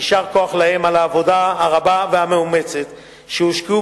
יישר כוח להם על העבודה הרבה והמאומצת שהשקיעו